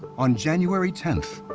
on january ten,